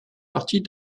partie